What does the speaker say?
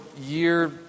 year